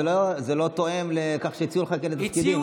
זה לא תואם לכך שהציעו לך כאלה תפקידים,